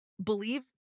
Believe